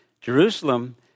Jerusalem